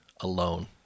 alone